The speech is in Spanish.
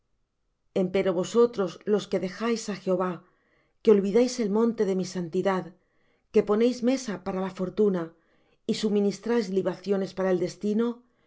buscó empero vosotros los que dejáis á jehová que olvidáis el monte de mi santidad que ponéis mesa para la fortuna y suministráis libaciones para el destino